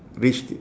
which t~